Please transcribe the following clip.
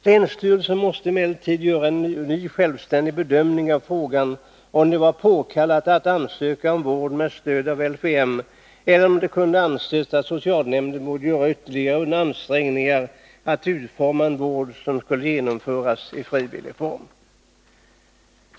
Länsstyrelsen måste emellertid göra en självständig bedömning av frågan, om det var påkallat att ansöka om vård med stöd av LVM eller om det kunde anses att socialnämnden borde göra ytterligare ansträngningar att utforma en vård som skulle kunna genomföras i frivillig form.